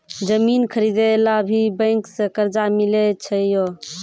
जमीन खरीदे ला भी बैंक से कर्जा मिले छै यो?